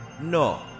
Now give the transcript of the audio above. No